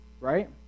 right